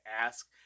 ask